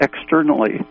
externally